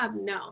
No